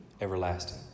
everlasting